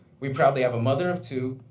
we proudly have a mother of two,